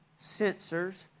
sensors